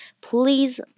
Please